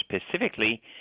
specifically